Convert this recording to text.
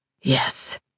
Yes